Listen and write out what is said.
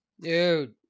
Dude